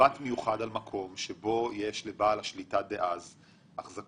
במבט מיוחד על מקום שבו יש לבעל השליטה דאז החזקות.